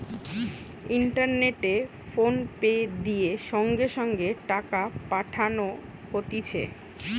ইন্টারনেটে ফোনপে দিয়ে সঙ্গে সঙ্গে টাকা পাঠানো হতিছে